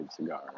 cigar